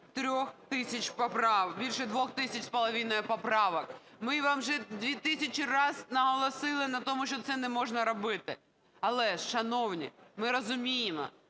більше 2,5 тисячі поправок. Ми вам вже 2 тисячі раз наголосили на тому, що це неможна робити, але, шановні, ми розуміємо,